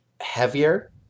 heavier